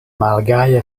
malgaje